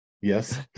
Yes